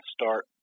start